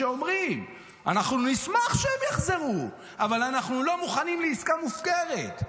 שאומרים: נשמח שהם יחזרו אבל אנחנו לא מוכנים לעסקה מופקרת.